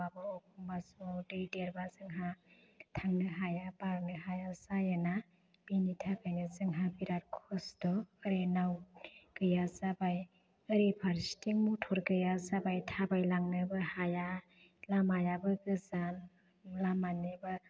नावाबो एखमबा समाव दै देरबा जोंहा थांनो हाया बारनो हाया जायोना बेनि थाखायनो जोंहा बेराद खस्थ' ओरै नाव गैयाजाबाय ओरै फारसेथिं मटर गैया जाबाय थाबायलांनोबो हाया लामायाबो गोजान लामानि बाद